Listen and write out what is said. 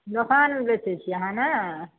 दोकानमे बेचै छी अहाँ ने